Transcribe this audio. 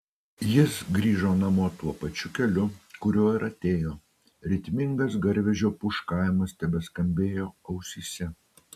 jis grįžo namo tuo pačiu keliu kuriuo ir atėjo ritmingas garvežio pūškavimas tebeskambėjo ausyse